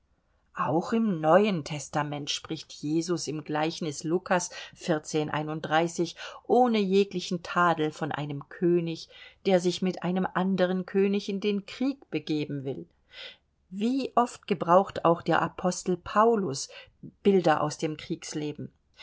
auch im neuen testament spricht jesus im gleichnis lukas ohne jeglichen tadel von einem könig der sich mit einem anderen könig in den krieg begeben will wie oft gebraucht auch der apostel paulus bilder aus dem kriegsleben